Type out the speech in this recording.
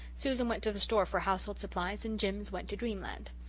susan went to the store for household supplies, and jims went to dreamland.